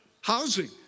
Housing